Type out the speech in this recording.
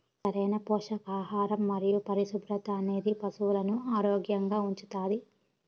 సరైన పోషకాహారం మరియు పరిశుభ్రత అనేది పశువులను ఆరోగ్యంగా ఉంచుతాది